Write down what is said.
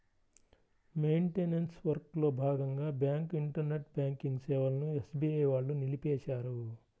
maintenance వర్క్లో భాగంగా bank internet banking సేవలను ఎస్బీఐ వాళ్ళు నిలిపేశారు